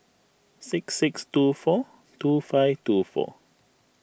six six two four two five two four